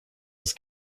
was